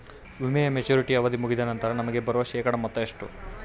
ವಿಮೆಯ ಮೆಚುರಿಟಿ ಅವಧಿ ಮುಗಿದ ನಂತರ ನಮಗೆ ಬರುವ ಶೇಕಡಾ ಮೊತ್ತ ಎಷ್ಟು?